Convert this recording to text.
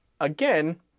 again